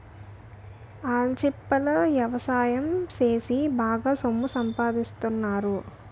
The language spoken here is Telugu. ఆల్చిప్పల ఎవసాయం సేసి బాగా సొమ్ము సంపాదిత్తన్నారు